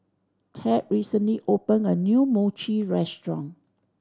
Tad recently opened a new Mochi restaurant